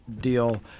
deal